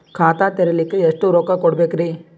ಖಾತಾ ತೆರಿಲಿಕ ಎಷ್ಟು ರೊಕ್ಕಕೊಡ್ಬೇಕುರೀ?